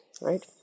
right